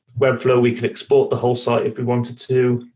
webflow, we can export the whole site if we wanted to.